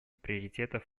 приоритетов